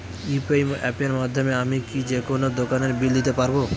UPI অ্যাপের মাধ্যমে আমি কি যেকোনো দোকানের বিল দিতে পারবো?